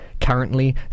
Currently